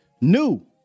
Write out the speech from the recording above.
New